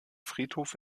friedhof